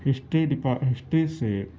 history history سے